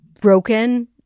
broken